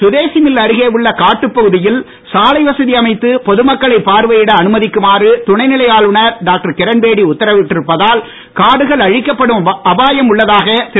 சுதேசி mill அருகே உள்ள காட்டுப்பகுதியில் சாலை வசதி அமைத்து பொதுமக்களை பார்வையிட அனுமதிக்குமாறு துணைநிலை ஆளுநர் டாக்டர் கிரண்பேடி உத்தரவிட்டிருப்பதால் காடுகள் அழிக்கப்படும் அபாயம் உள்ளதாக திரு